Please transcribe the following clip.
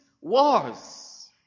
wars